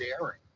daring